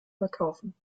verkaufen